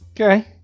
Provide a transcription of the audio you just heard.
Okay